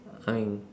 ah ming